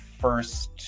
first